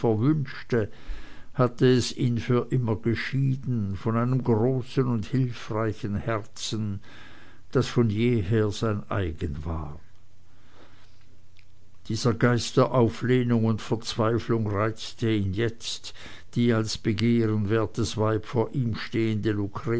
verwünschte hatte es ihn für immer geschieden von einem großen und hilfreichen herzen das von jeher sein eigen war dieser geist der auflehnung und verzweiflung reizte ihn jetzt die als begehrenswertes weib vor ihm stehende